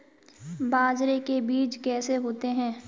बाजरे के बीज कैसे होते हैं?